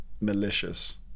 malicious